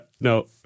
no